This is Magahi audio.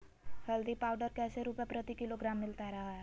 हल्दी पाउडर कैसे रुपए प्रति किलोग्राम मिलता रहा है?